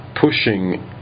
pushing